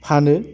फानो